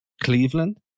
Cleveland